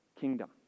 kingdom